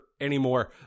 anymore